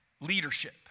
leadership